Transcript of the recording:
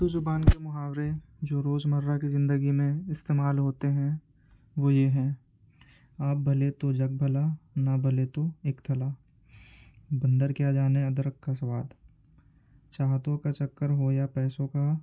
اردو زبان کے محاورے جو روز مرہ کی زندگی میں استعمال ہوتے ہیں وہ یہ ہیں آپ بھلے تو جگ بھلا نہ بھلے تو ایک تھلا بندر کیا جانے ادرک کا سواد چاہتوں کا چکر ہو یا پیسوں کا